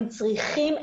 הם צריכים,